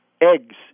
Eggs